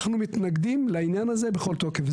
אנחנו מתנגדים לעניין הזה בכל תוקף.